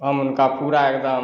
हम उनका पूरा एकदम